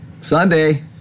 Sunday